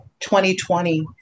2020